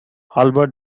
albert